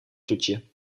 toetje